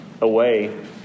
away